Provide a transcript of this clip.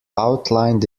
outlined